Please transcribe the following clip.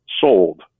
sold